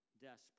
desperate